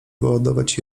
wyładować